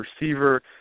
receiver